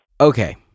Okay